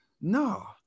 No